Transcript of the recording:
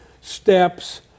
steps